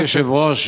אדוני היושב-ראש,